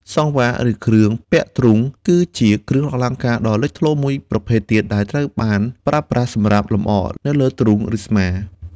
សង្វារ ឬ គ្រឿងពាក់ទ្រូង គឺជាគ្រឿងអលង្ការដ៏លេចធ្លោមួយប្រភេទ ដែលត្រូវបានប្រើប្រាស់សម្រាប់លម្អនៅលើ ទ្រូង ឬស្មា។